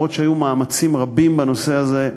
אף-על-פי שהיו מאמצים רבים בנושא הזה,